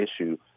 issue